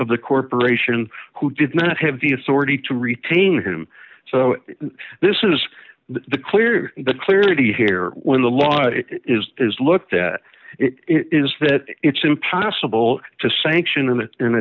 of the corporation who did not have the authority to retain him so this is the clear the clarity here when the law is looked at it is that it's impossible to sanction in